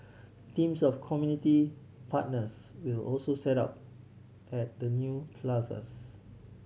teams of community partners will also set up at the new plazas